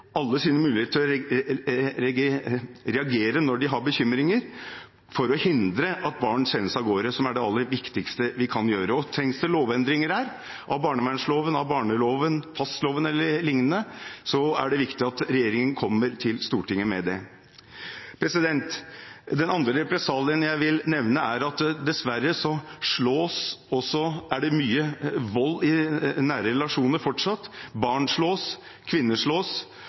alle sine muligheter, til å reagere når de har bekymringer, for å hindre at barn sendes av gårde, som er det aller viktigste vi kan gjøre. Trengs det lovendringer – av barnevernloven, av barneloven, av passloven eller lignende – er det viktig at regjeringen kommer til Stortinget med det. Den andre represalien jeg vil nevne, er at dessverre er det fortsatt mye vold i nære relasjoner. Barn slås,